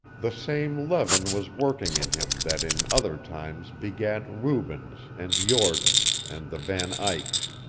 the same leaven was working in him that in other times begat rubens and jordaens and the van eycks,